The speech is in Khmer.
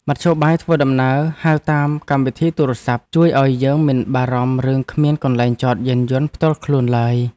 មធ្យោបាយធ្វើដំណើរហៅតាមកម្មវិធីទូរស័ព្ទជួយឱ្យយើងមិនបារម្ភរឿងគ្មានកន្លែងចតយានយន្តផ្ទាល់ខ្លួនឡើយ។